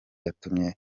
yatumye